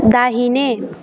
दाहिने